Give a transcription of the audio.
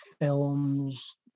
films